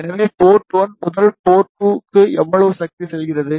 எனவே போர்ட் 1 முதல் போர்ட் 2 க்கு எவ்வளவு சக்தி செல்கிறது